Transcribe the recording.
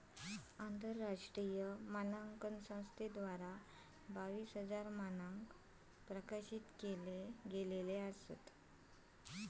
आंतरराष्ट्रीय मानांकन संस्थेद्वारा बावीस हजार मानंक प्रकाशित केले गेले असत